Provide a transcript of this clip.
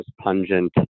pungent